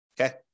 Okay